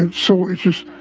and so it's just,